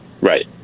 right